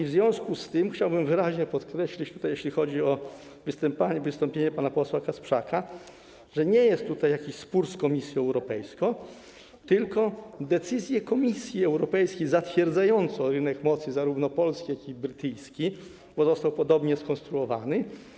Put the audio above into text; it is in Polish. W związku z tym chciałbym wyraźnie podkreślić, jeśli chodzi o wystąpienie pana posła Kasprzaka, że nie jest to jakiś spór z Komisją Europejską, tylko decyzją Komisji Europejskiej zatwierdzono rynek mocy zarówno polski, jak i brytyjski, bo został podobnie skonstruowany.